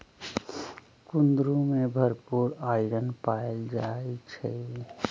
कुंदरू में भरपूर आईरन पाएल जाई छई